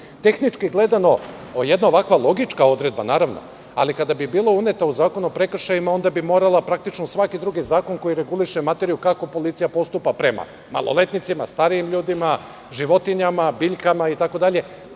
Tehnički gledano, jedna ovako logička odredba - naravno, ali kada bi bila uneta u Zakon o prekršajima, onda bi morali i praktično svaki drugi zakon koji reguliše materiju kako policija postupa prema maloletnicima, starijim ljudima, životinjama, biljkama, itd.